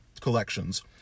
collections